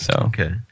Okay